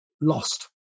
lost